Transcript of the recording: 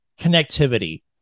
connectivity